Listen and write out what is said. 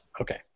Okay